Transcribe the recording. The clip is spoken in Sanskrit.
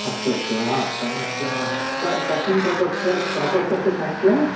अस्तु अस्तु हा समस्याः क कस्मिन् प्रकोष्ठे प्रकोष्ठस्य सङ्ख्या